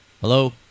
Hello